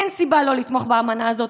אין סיבה לא לתמוך באמנה הזאת.